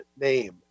name